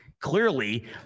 Clearly